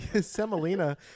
Semolina